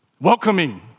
Welcoming